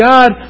God